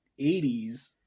80s